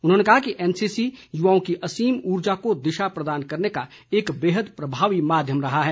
उन्होंने कहा कि एनसीसी युवाओं की असीम ऊर्जा को दिशा प्रदान करने का एक बेहद प्रभावी माध्यम रहा है